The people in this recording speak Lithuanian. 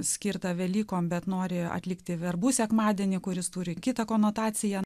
skirta velykom bet nori atlikti verbų sekmadienį kuris turi kitą konotaciją